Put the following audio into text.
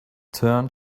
turned